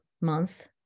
month